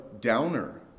downer